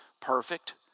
perfect